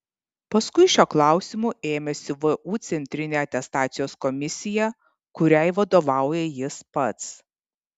paskui šio klausimo ėmėsi vu centrinė atestacijos komisija kuriai vadovauja jis pats